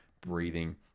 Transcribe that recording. breathing